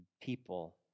people